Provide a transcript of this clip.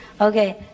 Okay